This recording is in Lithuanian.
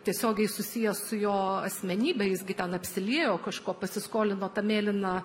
tiesiogiai susiję su jo asmenybe jis gi ten apsiliejo kažkuo pasiskolino tą mėlyną